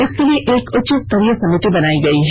इसके लिए एक उच्चस्तरीय समिति बनाई गई है